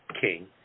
king